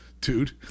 Dude